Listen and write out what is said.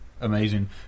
amazing